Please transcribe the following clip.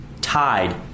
tied